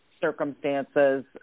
circumstances